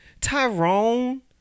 Tyrone